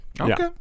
Okay